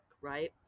right